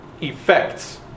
effects